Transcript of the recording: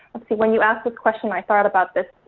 when you asked the question, i thought about this,